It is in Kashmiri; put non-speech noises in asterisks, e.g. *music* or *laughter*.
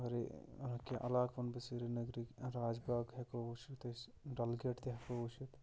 *unintelligible* کینٛہہ علاقہٕ وَنہٕ بہٕ سرینَگرٕکۍ راج باغ ہٮ۪کو وٕچھِتھ أسۍ ڈلگیٹ تہِ ہٮ۪کو وٕچھِتھ